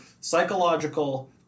psychological